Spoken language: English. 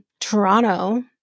Toronto